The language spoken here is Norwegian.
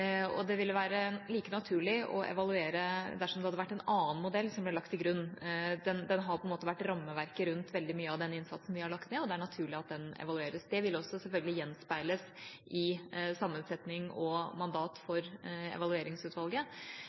og militært. Det ville være like naturlig å evaluere dersom det hadde vært en annen modell som ble lagt til grunn. Den har på en måte vært rammeverket rundt veldig mye av den innsatsen vi har lagt ned, og det er naturlig at den evalueres. Det vil også selvfølgelig gjenspeiles i sammensetning og mandat for evalueringsutvalget